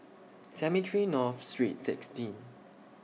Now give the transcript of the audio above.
Cemetry North Street sixteen